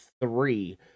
three